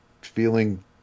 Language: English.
feeling